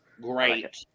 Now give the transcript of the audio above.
Great